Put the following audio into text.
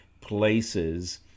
places